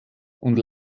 und